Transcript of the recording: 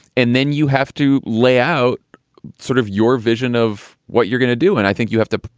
and then you have to lay out sort of your vision of what you're going to do. and i think you have to.